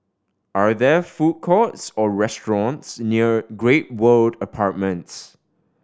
are there food courts or restaurants near Great World Apartments